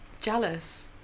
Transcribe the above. jealous